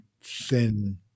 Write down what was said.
thin